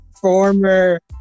former